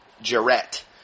Jarrett